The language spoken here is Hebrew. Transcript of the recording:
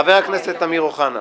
חבר הכנסת אמיר אוחנה.